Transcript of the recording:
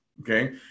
okay